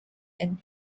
and